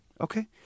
Okay